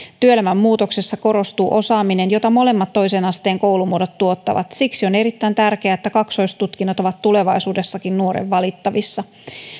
työelämän muutoksessa korostuu osaaminen jota molemmat toisen asteen koulumuodot tuottavat siksi on erittäin tärkeää että kaksoistutkinnot ovat tulevaisuudessakin nuoren valittavissa